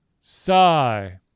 Sigh